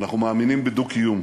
אנחנו מאמינים בדו-קיום.